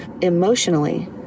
emotionally